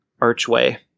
archway